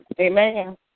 Amen